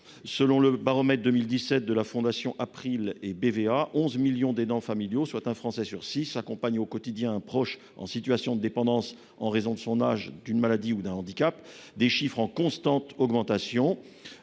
Selon le baromètre 2017 de la Fondation April et de BVA, 11 millions d'aidants familiaux, soit un français sur six, accompagnent au quotidien un proche en situation de dépendance en raison de son âge, d'une maladie ou d'un handicap. Ces chiffres sont en constante augmentation.